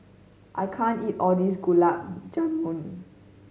I can't eat all of this Gulab Jamun